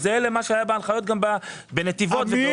הוא זהה למה שהיה בהנחיות גם בנתיבות ובאופקים.